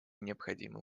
необходимые